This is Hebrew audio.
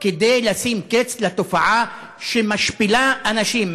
כדי לשים קץ לתופעה שמשפילה אנשים.